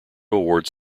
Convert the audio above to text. awards